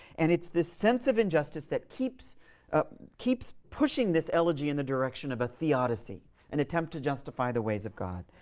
and it's this sense of injustice that keeps ah keeps pushing this elegy in the direction of a theodicy an attempt to justify the ways of god.